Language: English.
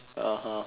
(uh huh)